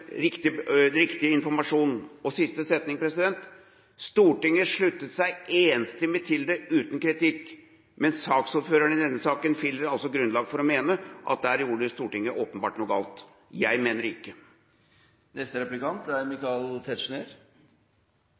riktig og reglementert måte i forbindelse med statsbudsjettet for 2013–2014. Stortinget fikk den riktige informasjonen. Stortinget sluttet seg enstemmig til det, uten kritikk. Men saksordføreren i denne saka finner altså grunnlag for å mene at der gjorde Stortinget åpenbart noe galt. Jeg mener